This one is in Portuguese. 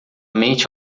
mente